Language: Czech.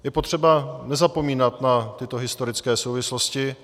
Je potřeba nezapomínat na tyto historické souvislosti.